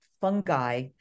fungi